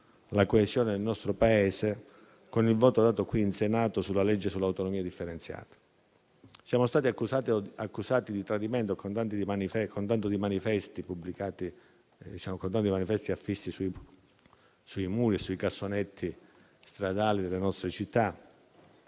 la coesione del nostro Paese con il voto dato qui in Senato sulla legge sull'autonomia differenziata. Siamo stati accusati, con tanto di manifesti pubblicati e affissi sui muri e sui cassonetti stradali delle nostre città,